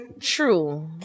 true